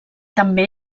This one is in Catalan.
també